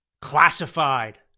classified